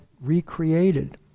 recreated